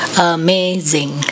amazing